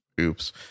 oops